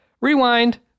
rewind